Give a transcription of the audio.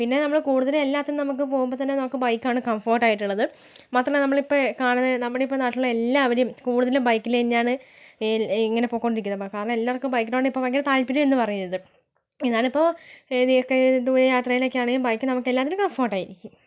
പിന്നെ നമ്മൾ കൂടുതലും എല്ലാത്തിനും നമുക്ക് പോകുമ്പോൾ തന്നെ നമുക്ക് ബൈക്ക് ആണ് കംഫർട്ട് ആയിട്ടുള്ളത് മാത്രമല്ല നമ്മളിപ്പോൾ കാണുന്ന നമ്മുടെ ഇപ്പോൾ നാട്ടിലുള്ള എല്ലാവരെയും കൂടുതലും ബൈക്കിൽ തന്നെയാണ് ഇങ്ങനെ പോയിക്കൊണ്ടിരിക്കുന്നത് കാരണം എല്ലാവർക്കും ബൈക്കിനോടാണ് ഇപ്പോൾ ഭയങ്കര താൽപ്പര്യം എന്ന് പറയുന്നത് ഇതാണിപ്പോൾ ദീർഘദൂര യാത്രയിലേക്കാണെങ്കിലും ബൈക്ക് നമുക്കെല്ലാത്തിനും കംഫേർട്ട് ആയിരിക്കും